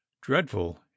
dreadful